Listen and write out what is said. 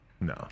No